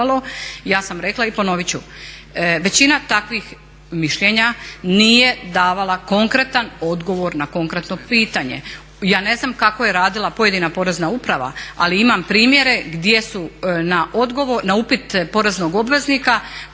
Ja sam rekla i ponovit ću, većina takvih mišljenja nije davala konkretan odgovor na konkretno pitanje. Ja ne znam kako je radila pojedina porezna uprava, ali imam primjere gdje su na upit poreznog obveznika